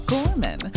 Gorman